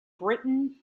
britain